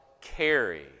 carry